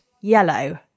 yellow